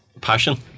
Passion